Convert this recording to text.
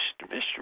mystery